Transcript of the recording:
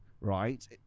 right